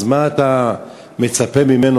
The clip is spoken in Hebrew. אז מה אתה מצפה ממנו,